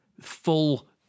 full